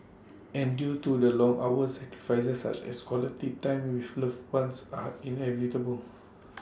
and due to the long hours sacrifices such as quality time with loved ones are inevitable